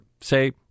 say